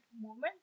movement